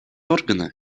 органа